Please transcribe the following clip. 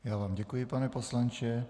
Já vám děkuji, pane poslanče.